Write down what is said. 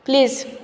please